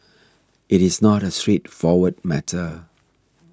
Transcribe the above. it is not a straightforward matter